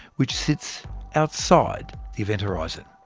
which sits outside the event horizon.